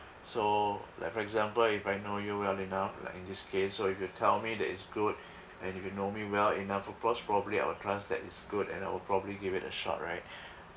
so like for example if I know you well enough like in this case so if you could tell me that it's good and if you know me well enough of course probably I will trust that is good and I will probably give it a shot right